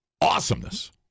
awesomeness